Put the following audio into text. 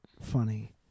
funny